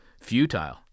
futile